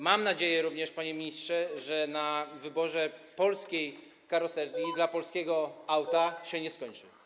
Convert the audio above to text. Mam nadzieję, panie ministrze, że na wyborze polskiej karoserii dla polskiego auta się nie skończy.